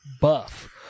buff